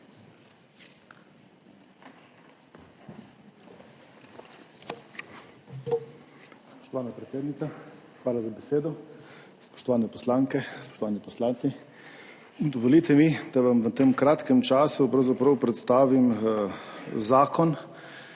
Spoštovana predsednica, hvala za besedo. Spoštovane poslanke, spoštovani poslanci! Dovolite mi, da vam v tem kratkem času predstavim zakon,